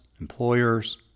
employers